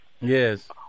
Yes